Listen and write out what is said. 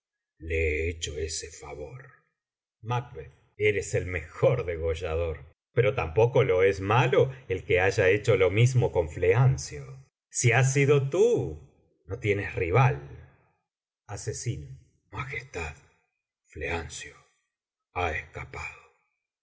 he hecho ese favor eres el mejor degollador pero tampoco lo es malo el que haya hecho lo mismo con fleancio si has sido tú no tienes rival majestad fleancio ha escapado